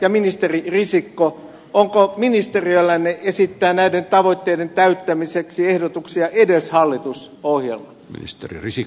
ja ministeri risikko onko ministeriöllänne esittää näiden tavoitteiden täyttämiseksi ehdotuksia edes hallitusohjelmaan